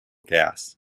gas